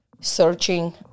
searching